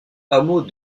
hameau